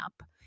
up